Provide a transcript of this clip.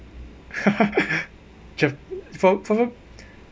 just for for